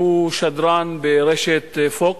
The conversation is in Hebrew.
שהוא שדרן ברשת Fox News.